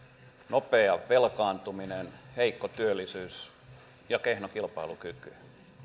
nopea velkaantuminen heikko työllisyys ja kehno kilpailukyky